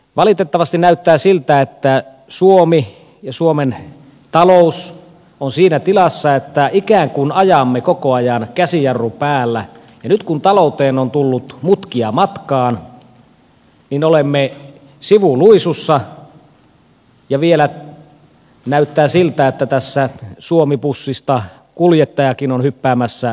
valitettavasti näyttää siltä että suomi ja suomen talous on siinä tilassa että ikään kuin ajamme koko ajan käsijarru päällä ja nyt kun talouteen on tullut mutkia matkaan niin olemme sivuluisussa ja vielä näyttää siltä että tästä suomi bussista kuljettajakin on hyppäämässä vauhdista pois